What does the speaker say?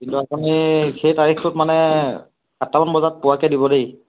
কিন্তু আপুনি সেই তাৰিখটোত মানে সাতটামান বজাত পোৱাকৈ দিব দেই